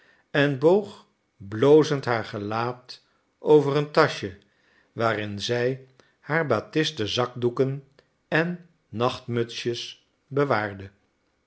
en boog blozend haar gelaat over een taschje waarin zij haar batisten zakdoeken en nachtmutsjes bewaarde